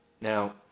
Now